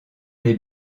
les